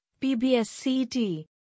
PBSCT